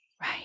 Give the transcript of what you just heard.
Right